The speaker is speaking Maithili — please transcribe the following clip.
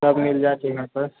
सब मिल जाइत यहाँ पर